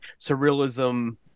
surrealism